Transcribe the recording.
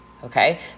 Okay